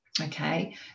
Okay